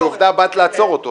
כעובדה, באת לעצור אותו.